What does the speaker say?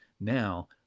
now